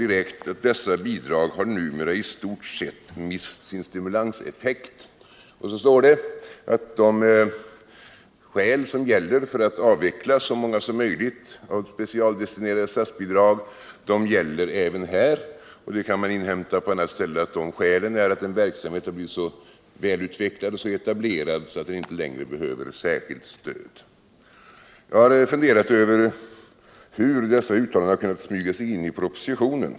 Där står att dessa bidrag numera i stort sett har mist sin stimulanseffekt och att det skäl som gäller för att avveckla så många som möjligt av de specialdestinerade statsbidragen gäller även här. Man kan på annat ställe inhämta att skälet är att verksamheten har blivit så väl utvecklad och etablerad att den inte längre behöver särskilt stöd. Jag har funderat över hur dessa uttalanden har kunnat smyga sig in i propositionen.